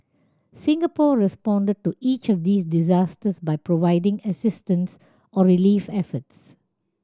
Singapore responded to each of these disasters by providing assistance or relief efforts